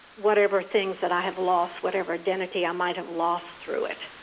whatever things that i have lost, whatever identity i might have lost through it